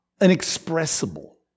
inexpressible